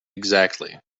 exactly